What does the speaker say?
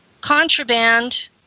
contraband